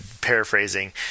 paraphrasing